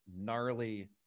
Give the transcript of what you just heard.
gnarly